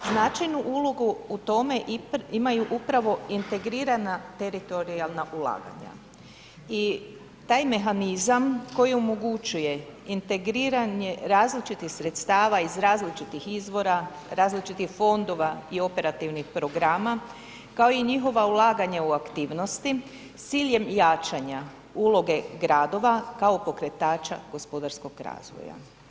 Značajnu ulogu u tome imaju upravo integrirana teritorijalna ulaganja i taj mehanizam koji omogućuje integriranje različitih sredstava iz različitih izvora, različitih fondova i operativnih programa, kao i njihova ulaganja u aktivnosti s ciljem jačanja uloge gradova kao pokretača gospodarskog razvoja.